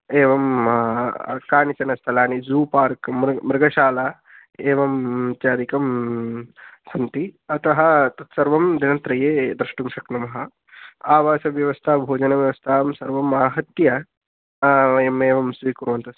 एवं कानिचनस्थलानि zoo park मृ मृगशाला एवम् इत्यादिकं सन्ति अतः तत्सर्वं दिनत्रये द्रष्टुं शक्नुमः आवासव्यवस्थां भोजनव्यवस्थां सर्वमाहत्य वयमेवं स्वीकुर्वन्तः स्मः